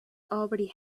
already